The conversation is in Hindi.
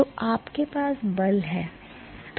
तो आप के पास बल है